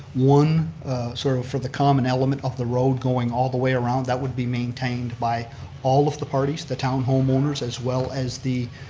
one sort of for the common element of the road going all the way around, that would be maintained by all of the parties the town home owners as well as the